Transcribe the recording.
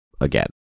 again